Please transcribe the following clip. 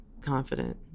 confident